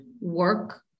work